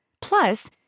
Plus